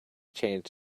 changed